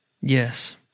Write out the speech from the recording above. Yes